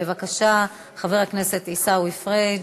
בבקשה, חבר הכנסת עיסאווי פריג',